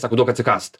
sako duok atsikąst